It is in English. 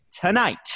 tonight